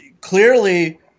clearly